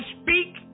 speak